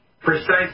Precisely